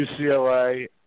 UCLA